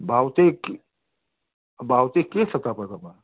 भाउ चाहिँ के भाउ चाहिँ के छ तपाईँकोमा